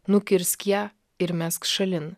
nukirsk ją ir mesk šalin